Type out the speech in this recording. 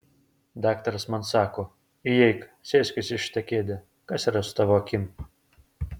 daktaras man sako įeik sėskis į šitą kėdę kas yra su tavo akim